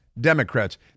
Democrats